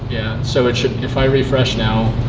yeah. so, it should, if i refresh now,